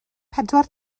pedwar